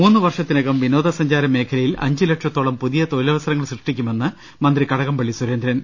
മൂന്ന് വർഷത്തിനകം വിനോദ്സഞ്ചാരമേഖലയിൽ അഞ്ച്ല ക്ഷത്തോളം പുതിയ തൊഴിലവസരങ്ങൾ സൃഷ്ടിക്കുമെന്ന് മന്ത്രി കടകംപളളി സുരേന്ദ്രൻ